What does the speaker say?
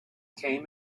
came